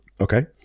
Okay